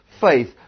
faith